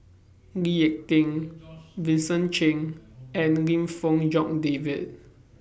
Lee Ek Tieng Vincent Cheng and Lim Fong Jock David